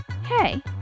Hey